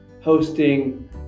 hosting